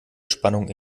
spannung